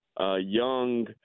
Young